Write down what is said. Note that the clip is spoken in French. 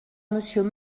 monsieur